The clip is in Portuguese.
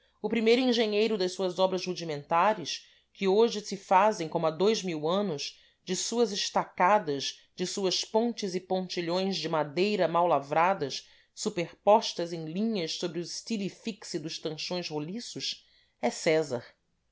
o primeiro engenheiro das suas obras rudimentares que hoje se fazem como há dois mil anos de suas estacadas de suas pontes e pontilhões de madeira mal lavradas superpostas em linhas sobre os styli fixi dos tanchões roliços é césar